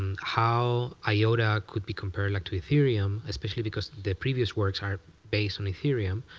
and how iota could be compared like to etherium, especially because the previous works are based on etherium,